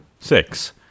Six